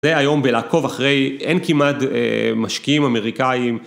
זה היום בלעקוב אחרי אין כמעט משקיעים אמריקאים.